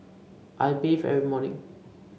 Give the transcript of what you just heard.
I bathe every morning